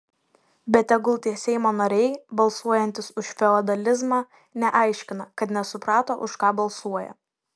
bet tegul tie seimo nariai balsuojantys už feodalizmą neaiškina kad nesuprato už ką balsuoja